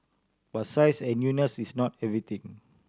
but size and newness is not everything